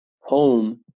home